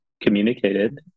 communicated